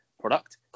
product